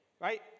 Right